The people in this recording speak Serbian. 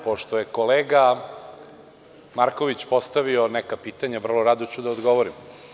Pošto je kolega Marković postavio neka pitanja, vrlo rado ću da odgovorim.